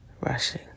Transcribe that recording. rushing